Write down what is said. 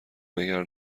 مگر